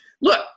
look